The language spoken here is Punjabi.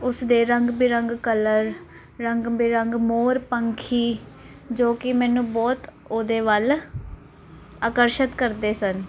ਉਸ ਦੇ ਰੰਗ ਬਿਰੰਗ ਕਲਰ ਰੰਗ ਬਿਰੰਗ ਮੋਰ ਪੰਖੀ ਜੋ ਕਿ ਮੈਨੂੰ ਬਹੁਤ ਉਹਦੇ ਵੱਲ ਆਕਰਸ਼ਿਤ ਕਰਦੇ ਸਨ